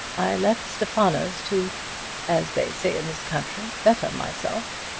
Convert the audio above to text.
i left stephano's to as they say in this country better myself.